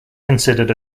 considered